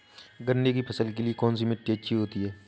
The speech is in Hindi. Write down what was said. गन्ने की फसल के लिए कौनसी मिट्टी अच्छी होती है?